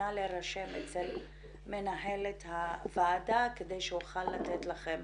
נא להירשם אצל מנהלת הוועדה כדי שאוכל לתת לכם